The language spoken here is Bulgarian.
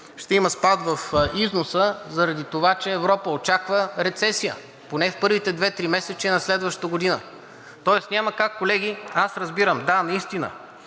ще има спад в износа заради това, че Европа очаква рецесия, поне в първите две тримесечия на следващата година. Тоест няма как. Колеги, аз разбирам, да, наистина